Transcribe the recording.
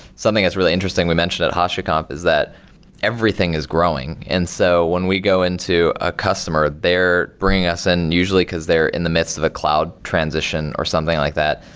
something that's really interesting we mentioned at hashiconf is that everything is growing. and so when we go into a customer, they're bringing us in and usually because they're in the midst of a cloud transition or something like that.